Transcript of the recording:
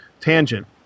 tangent